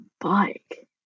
bike